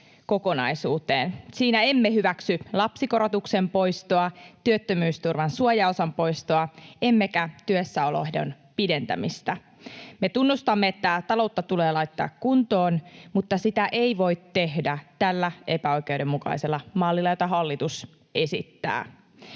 kokonaisuuteen. Siinä emme hyväksy lapsikorotuksen poistoa, työttömyysturvan suojaosan poistoa emmekä työssäoloehdon pidentämistä. Me tunnustamme, että taloutta tulee laittaa kuntoon, mutta sitä ei voi tehdä tällä epäoikeudenmukaisella mallilla, jota hallitus esittää.